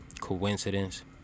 Coincidence